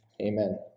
Amen